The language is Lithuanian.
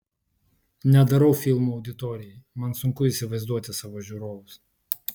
nedarau filmų auditorijai man sunku įsivaizduoti savo žiūrovus